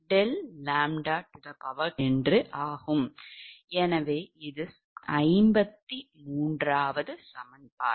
எனவே இது 53 சமன்பாடு